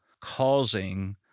causing